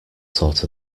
sort